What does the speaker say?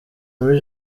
muri